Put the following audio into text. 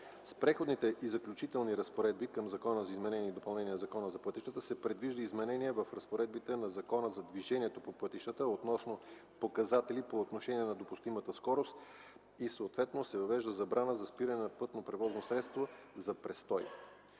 С Преходните и заключителни разпоредби към Закона за изменение и допълнение на Закона за пътищата се предвижда изменение в разпоредбите на Закона за движението по пътищата относно показатели по отношение на допустимата скорост и съответно се въвежда забрана за спиране на пътното превозно средство за престой,